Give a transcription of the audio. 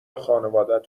خانوادت